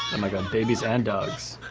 and my god, babies and dogs.